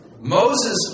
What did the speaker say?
Moses